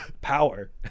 power